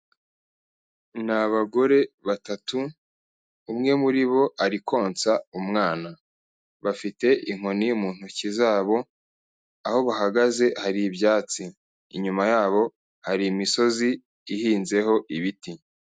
Ni abagore batatu, umwe muri bo ari konsa umwana, bafite inkoni mu ntoki zabo, aho bahagaze hari ibyatsi, inyuma yabo hari imisozi ihinzeho ibiti.